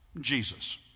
Jesus